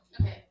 Okay